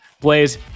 blaze